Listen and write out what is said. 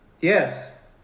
yes